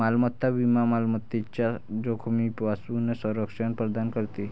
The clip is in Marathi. मालमत्ता विमा मालमत्तेच्या जोखमीपासून संरक्षण प्रदान करते